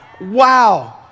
Wow